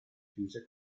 chiuse